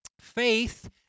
Faith